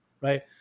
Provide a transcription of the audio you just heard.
Right